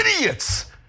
idiots